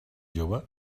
jove